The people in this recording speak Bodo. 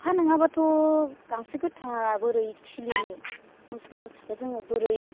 अखा नङाब्लाथ' गांसो गोथाङा बोरै खिलिनो मोसौ मोसाखौ जोङो बोरै